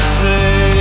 say